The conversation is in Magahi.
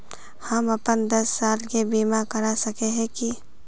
हम अपन दस साल के बीमा करा सके है की?